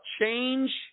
change